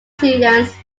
students